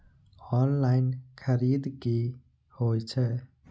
Online खरीद की होए छै?